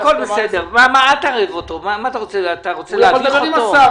אל תערב אותו, אתה רוצה להדיח אותו?